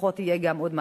לפחות יהיה גם עוד משהו.